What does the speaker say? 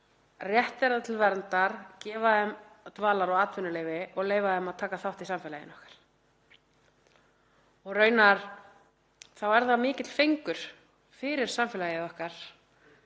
rétt þeirra til verndar, gefa þeim dvalar- og atvinnuleyfi og leyfa þeim að taka þátt í samfélaginu okkar. Raunar er það mikill fengur fyrir samfélagið okkar